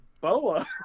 boa